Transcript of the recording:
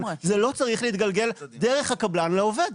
זה לא צריך להתגלגל דרך הקבלן לעובד.